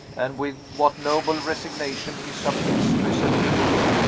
and with what noble resignation he submits to his affliction.